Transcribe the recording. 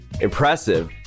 Impressive